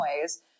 ways